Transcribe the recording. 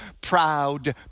proud